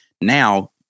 now